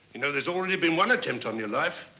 you know, there's already been one attempt on your life.